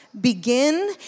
begin